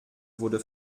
wurde